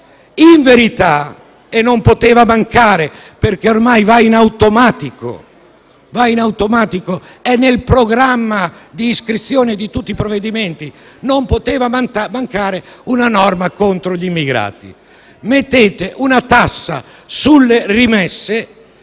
In verità, non poteva mancare (perché ormai va in automatico, è nel programma di iscrizione di tutti i provvedimenti) una norma contro gli immigrati. Fissate una tassa sulle rimesse.